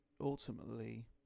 ultimately